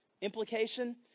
Implication